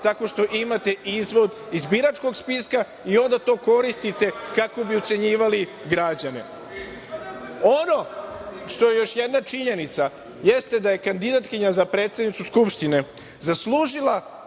tako što imate izvod iz biračkog spiska i onda to koristite kako bi ucenjivali građane. Ono što je još jedna činjenica jeste da je kandidatkinja za predsednicu Skupštine zaslužila